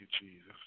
Jesus